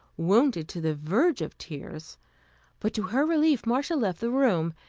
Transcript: wounded to the verge of tears but to her relief, marcia left the room,